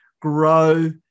grow